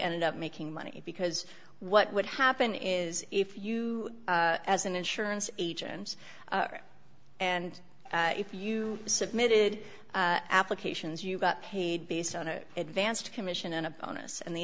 ended up making money because what would happen is if you as an insurance agent and if you submitted applications you got paid based on an advanced commission and a bonus and the